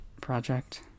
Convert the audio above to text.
project